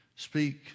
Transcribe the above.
speak